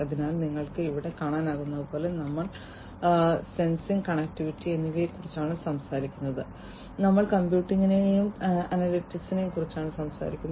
അതിനാൽ നിങ്ങൾക്ക് ഇവിടെ കാണാനാകുന്നതുപോലെ ഞങ്ങൾ സെൻസിംഗ് ഇന്റർകണക്റ്റിവിറ്റി എന്നിവയെക്കുറിച്ചാണ് സംസാരിക്കുന്നത് ഞങ്ങൾ കമ്പ്യൂട്ടിംഗിനെയും അനലിറ്റിക്സിനെയും കുറിച്ചാണ് സംസാരിക്കുന്നത്